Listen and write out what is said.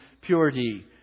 purity